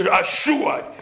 assured